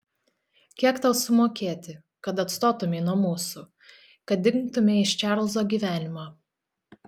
kiek tau sumokėti kad atstotumei nuo mūsų kad dingtumei iš čarlzo gyvenimo